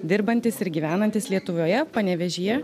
dirbantis ir gyvenantis lietuvoje panevėžyje